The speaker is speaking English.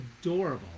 adorable